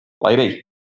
lady